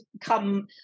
come